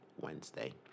Wednesday